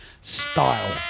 Style